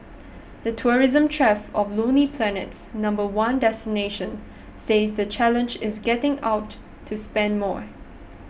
the tourism chief of Lonely Planet's number one destination says the challenge is getting out to spend more